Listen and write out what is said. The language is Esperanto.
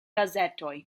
gazetoj